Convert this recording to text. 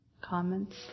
comments